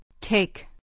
Take